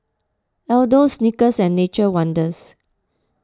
Aldo Snickers and Nature's Wonders